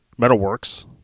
Metalworks